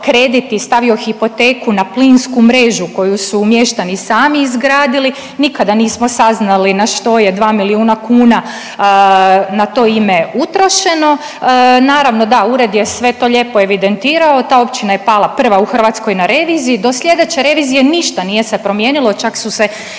stavio hipoteku na plinsku mrežu koju su mještani sami izgradili, nikada nismo saznali na što je 2 milijuna kuna na to ime utrošeno. Naravno da, ured je sve to lijepo evidentirao, ta općina je pala prva u Hrvatskoj na reviziji, do slijedeće revizije ništa nije se promijenilo, čak su se i